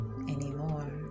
anymore